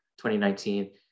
2019